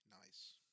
nice